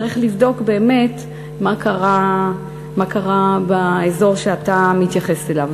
צריך לבדוק באמת מה קרה באזור שאתה מתייחס אליו.